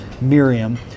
Miriam